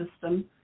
system